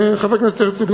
חבר הכנסת הרצוג.